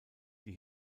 die